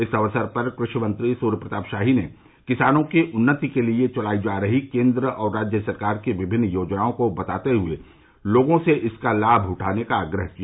इस अवसर पर कृषि मंत्री सूर्यप्रताप शाही ने किसानों के उन्नति के लिए चलाई जा रही केन्द्र और राज्य सरकार के विभिन्न योजनाओं को बताते हुए लोगों से इनका लाम उठाने का आग्रह किया